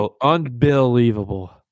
Unbelievable